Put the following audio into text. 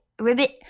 Ribbit